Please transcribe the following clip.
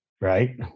right